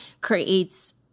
creates